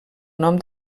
nom